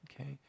Okay